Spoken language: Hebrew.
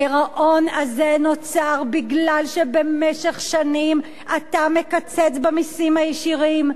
הגירעון הזה נוצר כי במשך שנים אתה מקצץ במסים הישירים,